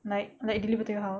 like like deliver to your house